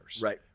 right